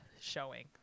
showing